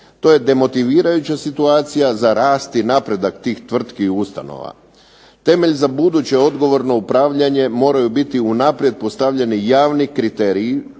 To je demotivirajuća situacija za rast i napredak tih tvrtki i ustanova. Temelj za buduće odgovorno upravljanje moraju biti unaprijed postavljeni javni kriteriji